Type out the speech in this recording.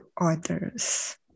others